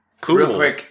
Cool